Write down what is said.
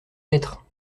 lettre